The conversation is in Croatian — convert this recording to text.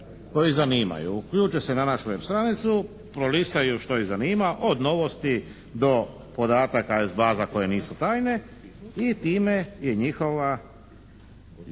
koje zanima. Uključe se na našu web stranicu, pročitaju što ih zanima od novosti do podataka iz baza koje nisu tajne i time je njihov